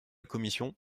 commission